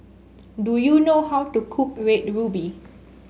do you know how to cook Red Ruby